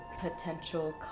potential